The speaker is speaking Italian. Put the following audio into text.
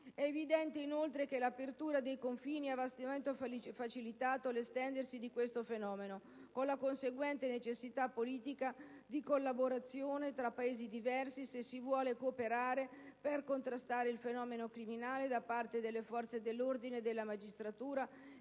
È evidente, inoltre, che l'apertura dei confini ha vastamente facilitato l'estendersi di questo fenomeno, con la conseguente necessità politica di collaborazione tra Paesi diversi, se si vuole cooperare per contrastare il fenomeno criminale da parte delle forze dell'ordine e della magistratura,